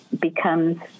becomes